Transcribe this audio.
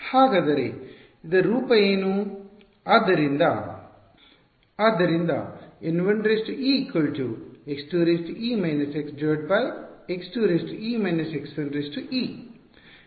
ಹಾಗಾದರೆ ಇದರ ರೂಪ ಏನು